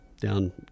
down